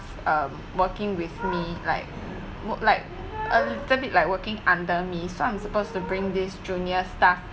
um working with me like like a little bit like working under me so I'm supposed to bring this junior staff